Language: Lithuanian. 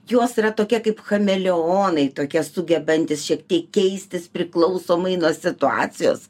jos yra tokie kaip chameleonai tokie sugebantys šiek tiek keistis priklausomai nuo situacijos